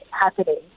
happening